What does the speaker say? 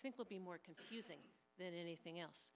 think will be more confusing than anything else